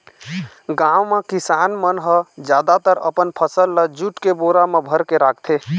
गाँव म किसान मन ह जादातर अपन फसल ल जूट के बोरा म भरके राखथे